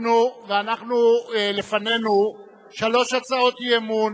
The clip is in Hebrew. לפנינו שלוש הצעות אי-אמון,